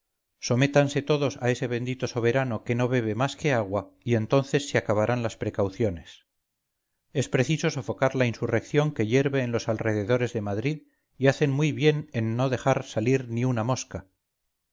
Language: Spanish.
sométanse todos a ese bendito soberano que no bebe más que agua y entonces se acabarán las precauciones es preciso sofocar la insurrección quehierve en los alrededores de madrid y hacen muy bien en no dejar salir ni una mosca